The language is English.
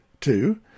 Two